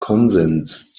konsens